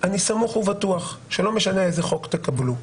אני סמוך ובטוח שלא משנה איזה חוק תקבלו,